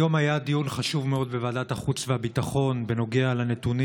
היום היה דיון חשוב מאוד בוועדת החוץ והביטחון בנוגע לנתונים